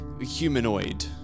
humanoid